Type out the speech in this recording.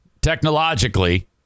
technologically